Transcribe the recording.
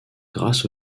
grâce